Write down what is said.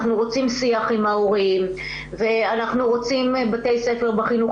אנחנו רוצים שיח עם ההורים ואנחנו רוצים בתי ספר בחינוך